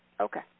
Okay